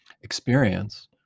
experience